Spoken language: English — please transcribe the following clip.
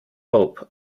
hope